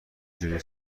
جنوبی